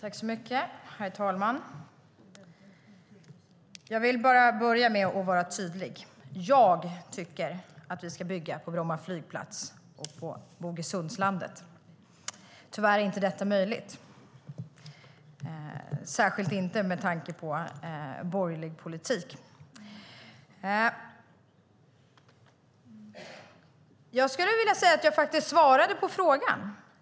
Herr talman! Jag vill börja med att vara tydlig. Jag tycker att vi ska bygga på Bromma flygplats och på Bogesundslandet. Tyvärr är detta inte möjligt, särskilt inte med tanke på den borgerliga politiken. Jag skulle vilja säga att jag faktiskt svarade på frågan.